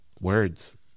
words